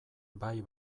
bai